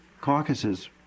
caucuses